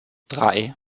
drei